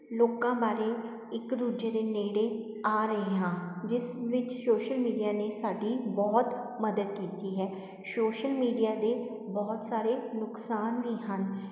ਲੋਕਾਂ ਬਾਰੇ ਇੱਕ ਦੂਜੇ ਦੇ ਨੇੜੇ ਆ ਰਹੇ ਹਾਂ ਜਿਸ ਵਿੱਚ ਸ਼ੋਸ਼ਲ ਮੀਡਿਆ ਨੇ ਸਾਡੀ ਬਹੁਤ ਮਦਦ ਕੀਤੀ ਹੈ ਸ਼ੋਸ਼ਲ ਮੀਡਿਆ ਦੇ ਬਹੁਤ ਸਾਰੇ ਨੁਕਸਾਨ ਵੀ ਹਨ